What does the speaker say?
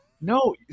No